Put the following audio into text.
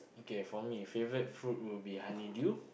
okay for me favourite fruit will be honeydew